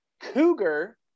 Cougar